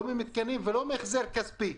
לא ממתקנים ולא מהחזר כספי.